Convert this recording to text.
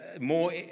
more